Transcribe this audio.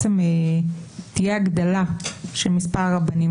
שמענו שתהיה הגדלה של מספר הרבנים.